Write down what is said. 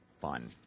fun